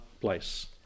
place